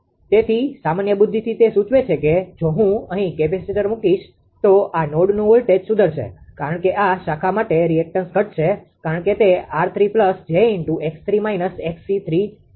તેથી સામાન્ય બુદ્ધિથી તે સૂચવે છે કે જો હું અહીં કેપેસિટર મુકીશ તો આ નોડનું વોલ્ટેજ સુધરશે કારણ કે આ શાખા માટે રિએક્ટેન્સreactanceપ્રતિક્રિયા ઘટશે કારણ કે તે 𝑟3 𝑗𝑥3 − 𝑥𝐶3 હશે